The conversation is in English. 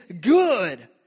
good